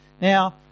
Now